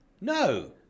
No